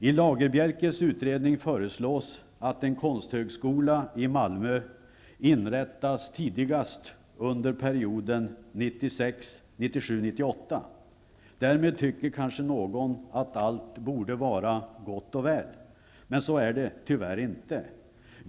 I Lagerbielkes utredning föreslås att en konsthögskola i Malmö inrättas tidigast under perioden 1996-1998. Därmed tycker kanske någon att allt borde vara gott och väl. Men så är det tyvärr inte.